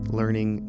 learning